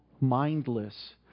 mindless